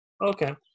okay